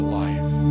life